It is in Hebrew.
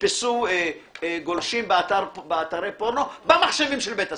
נתפסו גולשים באתרי פורנו במחשבים של בית הספר.